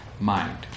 mind